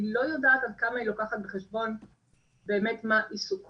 אני לא יודעת עד כמה היא לוקחת בחשבון באמת מה עיסוקו,